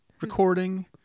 recording